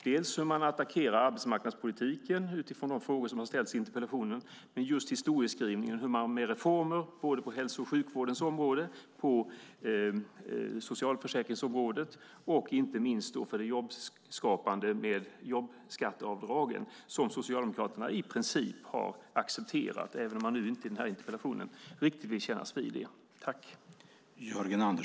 Det handlar dels om hur arbetsmarknadspolitiken attackerats utifrån de frågor som har ställts i interpellationen, dels historieskrivningen när det gäller reformer på hälso och sjukvårdens område, på socialförsäkringsområdet och inte minst jobbskapandet med hjälp av jobbskatteavdragen, som Socialdemokraterna i princip har accepterat, även om man i de här interpellationerna inte riktigt vill kännas vid det.